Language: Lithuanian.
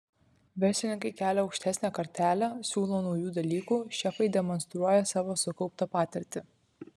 verslininkai kelia aukštesnę kartelę siūlo naujų dalykų šefai demonstruoja savo sukauptą patirtį